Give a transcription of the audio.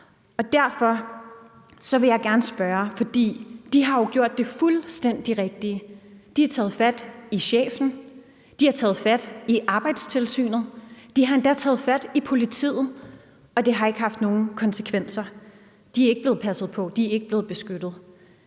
Derfor vil jeg gerne spørge om noget. For de har jo gjort det fuldstændig rigtige: De har taget fat i chefen, de har taget fat i Arbejdstilsynet, de har endda taget fat i politiet, og det har ikke haft nogen konsekvenser. De er ikke blevet passet på, og de er ikke blevet beskyttet.